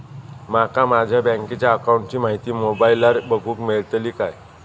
माका माझ्या बँकेच्या अकाऊंटची माहिती मोबाईलार बगुक मेळतली काय?